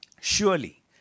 Surely